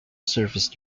service